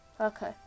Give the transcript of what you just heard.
okay